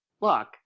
Look